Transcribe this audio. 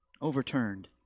overturned